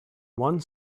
one